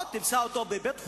או שהיא תמצא אותו בבית-חולים,